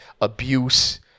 abuse